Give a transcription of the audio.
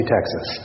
Texas